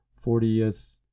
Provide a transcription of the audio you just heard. fortieth